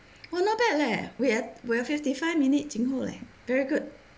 !wah! not bad leh we at we at fifty five minutes jin ho leh very good